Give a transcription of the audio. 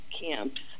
camps